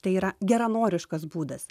tai yra geranoriškas būdas